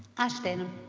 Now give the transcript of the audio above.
ash denham